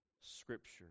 scripture